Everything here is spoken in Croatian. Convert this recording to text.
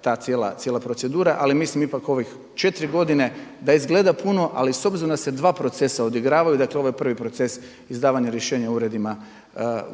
ta cijela procedura. Ali mislim ipak u ovih 4 godine da izgleda puno ali s obzirom da se dva procesa odigravaju, dakle ovo je prvi proces izdavanje rješenja